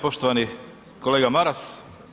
Poštovani kolega Maras.